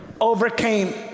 overcame